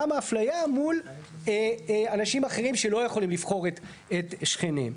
גם האפליה מול אנשים אחרים שלא יכולים לבחור את שכניהם.